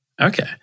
Okay